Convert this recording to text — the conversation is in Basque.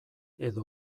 edo